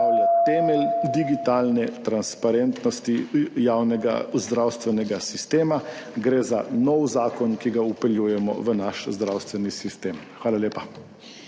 temelj digitalne transparentnosti javnega zdravstvenega sistema, gre za nov zakon, ki ga vpeljujemo v naš zdravstveni sistem. Hvala lepa.